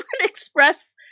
express